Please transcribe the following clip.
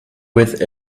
with